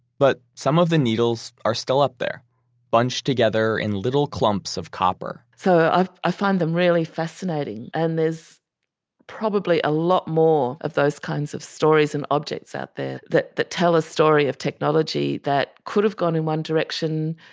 but some of the needles are still up there bunched together in little clumps of copper so i find them really fascinating and there's probably a lot more of those kinds of stories and objects out there that that tell a story of technology that could have gone in one direction,